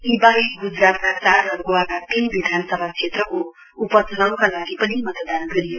यी बाहेक ग्जरातका चार र गोवाका तीन विधानसभा क्षेत्रको उपच्नाउका लागि पनि मतदान गरियो